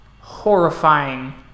horrifying